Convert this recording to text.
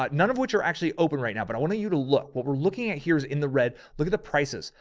but none of which are actually open right now. but i want you to look, what we're looking at here is in the red. look at the prices,